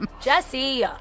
Jesse